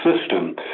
system